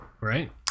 Right